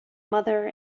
mother